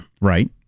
Right